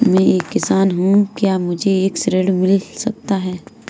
मैं एक किसान हूँ क्या मुझे ऋण मिल सकता है?